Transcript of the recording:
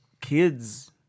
kids